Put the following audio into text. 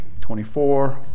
24